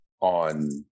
on